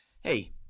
Hey